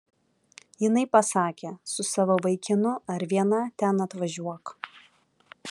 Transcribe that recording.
jinai pasakė su savo vaikinu ar viena ten atvažiuok